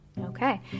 Okay